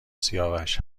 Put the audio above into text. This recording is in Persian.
سیاوش